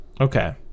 Okay